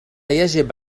يجب